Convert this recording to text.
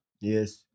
Yes